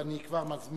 ואני כבר מזמין,